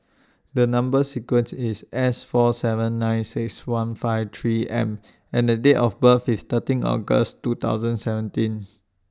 The Number sequence IS S four seven nine six one five three M and The Date of birth IS thirteen August two thousand seventeen